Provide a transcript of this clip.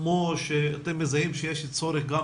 כמו שאתם מזהים שיש צורך גם